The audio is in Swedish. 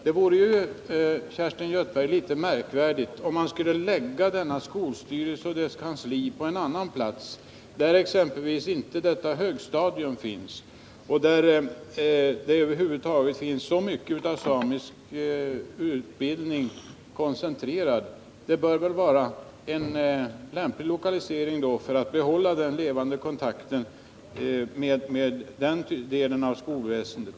Det vore ju, Kerstin Göthberg, litet märkligt om man skulle förlägga skolstyrelsen och dess kansli till en annan plats där det inte som i Gällivare exempelvis finns något högstadium och inte heller så mycket av samisk utbildning koncentrerad. En lokalisering till Gällivare borde vara lämplig, eftersom man därmed också kan behålla den levande kontakten mellan sameskolstyrelsen och det allmänna skolväsendet.